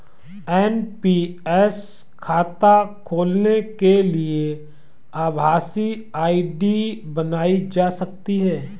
NPS खाता खोलने के लिए आभासी आई.डी बनाई जा सकती है